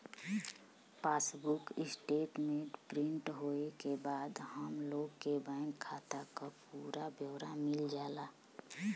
passbook statement print होये के बाद हम लोग के बैंक खाता क पूरा ब्यौरा मिल जाला